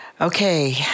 Okay